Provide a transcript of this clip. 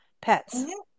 pets